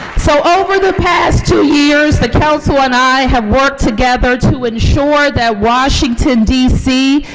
so over the past two years, the council and i have worked together to ensure that washington, d c,